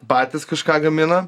patys kažką gamina